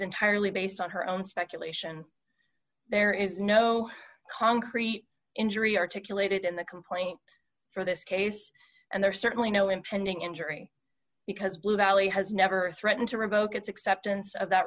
entirely based on her own speculation there is no concrete injury articulated in the complaint for this case and there is certainly no impending injury because blue valley has never threatened to revoke its acceptance of that